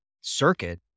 circuit